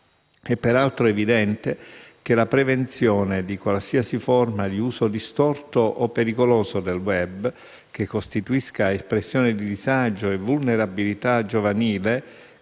È peraltro evidente che la prevenzione di qualsiasi forma di uso distorto o pericoloso del *web* che costituisca espressione di disagio e vulnerabilità giovanile